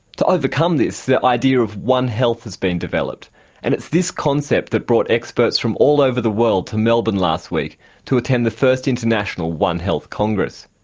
to overcome this the idea of one health been developed and it's this concept that brought experts from all over the world to melbourne last week to attend the first international one health congress.